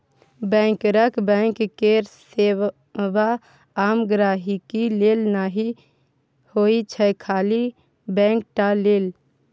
बैंकरक बैंक केर सेबा आम गांहिकी लेल नहि होइ छै खाली बैंक टा लेल